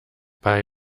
bei